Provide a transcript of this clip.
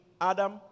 Adam